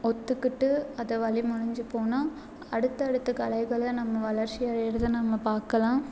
ஒத்துக்கிட்டு அத வழிமொழிஞ்சு போனா அடுத்த அடுத்த கலைகளையும் நம்ம வளர்ச்சி அடையிறது நம்ம பார்க்கலாம்